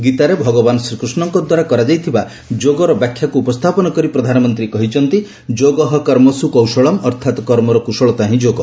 ଗୀତାରେ ଭଗବାନ୍ ଶ୍ରୀକୃଷ୍ଷକଦ୍ୱାରା କରାଯାଇଥିବା ଯୋଗର ବ୍ୟାଖ୍ୟାକୁ ଉପସ୍ରାପନ କରି ପ୍ରଧାନମନ୍ତୀ କହିଛନ୍ତି 'ଯୋଗଃ କର୍ମସ୍ କୌଶଳମ୍' ଅର୍ଥାତ୍ କର୍ମର କୁଶଳତା ହି ଯୋଗ